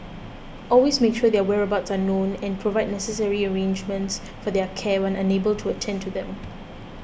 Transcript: always make sure their whereabouts are known and provide necessary arrangements for their care when unable to attend to them